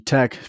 Tech